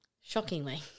Shockingly